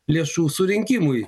lėšų surinkimui